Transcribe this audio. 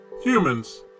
Humans